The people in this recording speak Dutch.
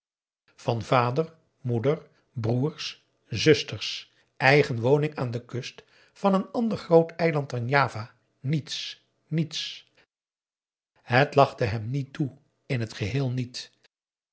van vader moeder broers zusters eigen woning aan de kust van een ander groot eiland dan java niets niets het lachte hem niet toe in t geheel niet